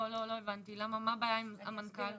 לא הבנתי, מה הבעיה עם המנכ"ל?